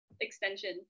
extension